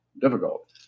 difficult